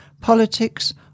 politics